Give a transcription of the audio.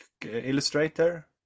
illustrator